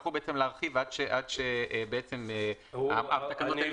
שיצטרכו להרחיב עד שהתקנות האלה --- אני